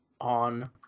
on